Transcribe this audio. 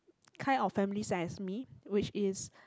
kind of family size as me which is